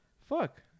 fuck